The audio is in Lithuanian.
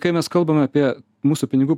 kai mes kalbam apie mūsų pinigų